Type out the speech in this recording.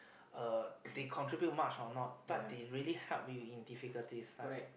uh they contribute much or not but they really help you in difficulties time